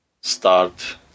start